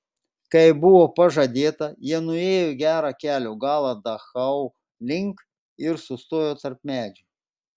kaip buvo pažadėta jie nuėjo gerą kelio galą dachau link ir sustojo tarp medžių